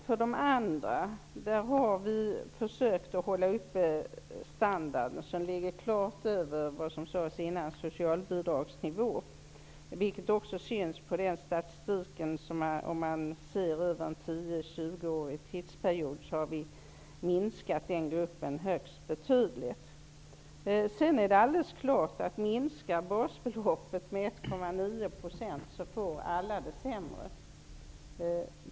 För de andra har vi försökt hålla uppe standarden, som ligger långt över socialbidragsnivån, vilket också syns i statistiken. Över en 10--20-årsperiod har den gruppen minskat högst betydligt. Det är alldeles klart att om basbeloppet minskar med 1,9 %, får alla det sämre.